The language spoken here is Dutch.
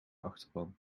achterban